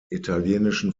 italienischen